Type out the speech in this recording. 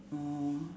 orh